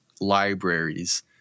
libraries